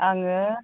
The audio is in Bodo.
आङो